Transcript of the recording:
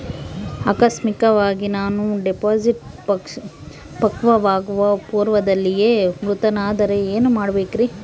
ಆಕಸ್ಮಿಕವಾಗಿ ನಾನು ಡಿಪಾಸಿಟ್ ಪಕ್ವವಾಗುವ ಪೂರ್ವದಲ್ಲಿಯೇ ಮೃತನಾದರೆ ಏನು ಮಾಡಬೇಕ್ರಿ?